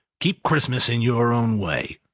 keep christmas in your own way,